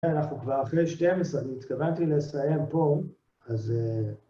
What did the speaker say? אנחנו כבר אחרי 12, אני התכוונתי לסיים פה, אז...